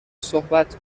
صحبت